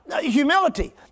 humility